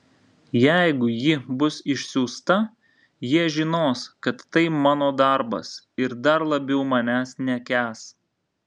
jeigu ji bus išsiųsta jie žinos kad tai mano darbas ir dar labiau manęs nekęs